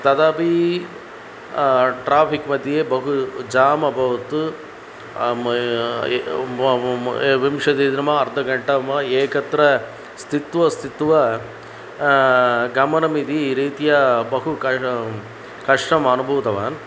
तदपि ट्राफ़िक्म्ध्ये बहु जाम् अभवत् म विंशतितमः अर्धघण्टाम् एकत्र स्तित्वा स्थित्वा गमनम् इति रीत्या बहु क कष्टम् अनुभूतवान्